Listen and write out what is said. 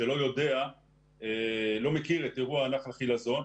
שלא מכיר את אירוע נחל חילזון.